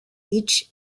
each